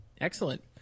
Excellent